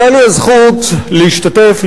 היתה לי הזכות להשתתף,